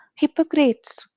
Hippocrates